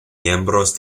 miembros